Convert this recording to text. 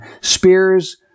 spears